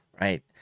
right